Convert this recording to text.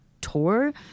tour